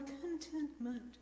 contentment